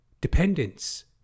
Dependence